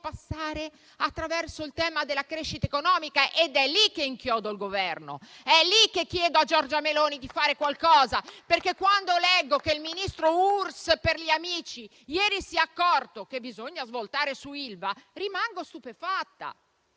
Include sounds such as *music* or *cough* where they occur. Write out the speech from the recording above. passare attraverso la crescita economica ed è lì che inchiodo il Governo. È lì che chiedo a Giorgia Meloni di fare qualcosa. *applause* Quando leggo che il ministro "Urss" per gli amici ieri si è accorto che bisogna svoltare su Ilva, rimango stupefatta.